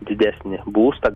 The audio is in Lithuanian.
didesnį būstą